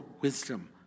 wisdom